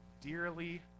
dearly